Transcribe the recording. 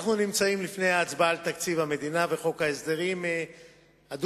אנחנו לפני ההצבעה על תקציב המדינה וחוק ההסדרים הדו-שנתיים.